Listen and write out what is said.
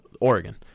Oregon